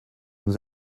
nous